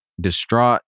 distraught